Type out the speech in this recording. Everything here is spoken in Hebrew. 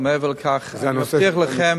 מעבר לכך, אני מבטיח לכם